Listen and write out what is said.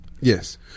Yes